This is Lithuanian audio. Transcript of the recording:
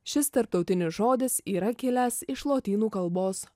šis tarptautinis žodis yra kilęs iš lotynų kalbos